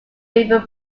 river